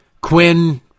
Quinn